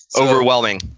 overwhelming